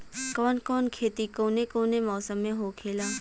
कवन कवन खेती कउने कउने मौसम में होखेला?